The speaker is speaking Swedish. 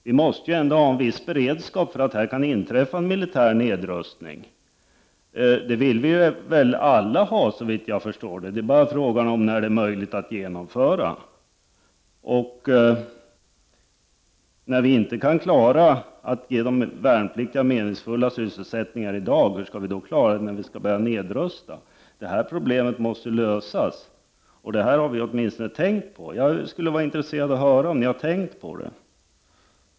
Vi måste ju ändå ha en viss beredskap för att en militär nedrustning kan inträffa. En sådan nedrustning vill vi väl alla ha, såvitt jag förstår. Frågan är bara när den är möjlig att genomföra. När vi inte klarar att ge de värnpliktiga meningsfulla sysselsättningar i dag, hur skall vi då klara det när vi skall börja nedrusta? Det här problemet måste lösas, och det har vi åtminstone tänkt på. Jag skulle vara intresserad av att höra om ni har tänkt på det.